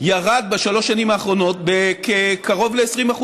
ירד בשלוש השנים האחרונות בקרוב ל-20%,